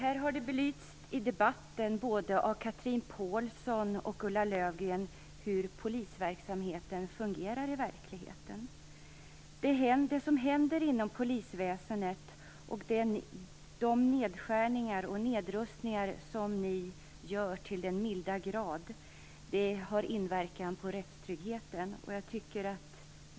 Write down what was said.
Fru talman! Här har det i debatten både av Chatrine Pålsson och av Ulla Löfgren belysts hur polisverksamheten fungerar i verkligheten. De nedskärningar och nedrustningar som ni gör till den milda grad har inverkan på rättstryggheten.